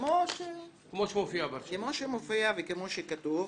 כמו שמופיע ברשימה וכמו שכתוב.